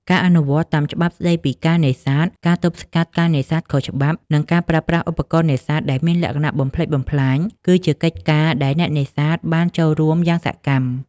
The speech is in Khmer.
ការអនុវត្តន៍តាមច្បាប់ស្តីពីការនេសាទ ការទប់ស្កាត់ការនេសាទខុសច្បាប់ និងការប្រើប្រាស់ឧបករណ៍នេសាទដែលមានលក្ខណៈបំផ្លិចបំផ្លាញ គឺជាកិច្ចការដែលអ្នកនេសាទបានចូលរួមយ៉ាងសកម្ម។